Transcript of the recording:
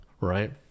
right